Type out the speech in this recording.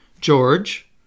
George